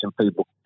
people